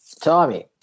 Tommy